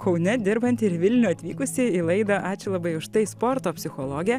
kaune dirbanti ir į vilnių atvykusi į laidą ačiū labai už tai sporto psichologė